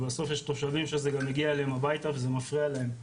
אבל בסוף יש תושבים שזה גם מגיע אליהם הביתה וזה מפריע להם,